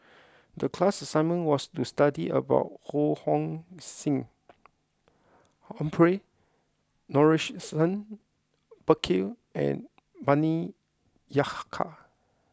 the class assignment was to study about Ho Hong Sing Humphrey Morrison Burkill and Bani